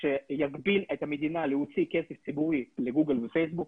שיגביל את המדינה להוציא כסף ציבורי לגוגל ופייסבוק,